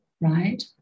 right